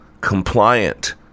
compliant